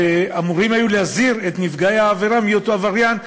והיו אמורים להזהיר את נפגעי העבירה מאותו עבריין,